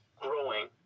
growing